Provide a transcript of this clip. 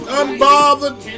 unbothered